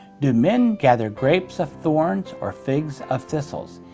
do men gather grapes of thorns, or figs of thistles?